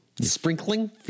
sprinkling